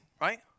right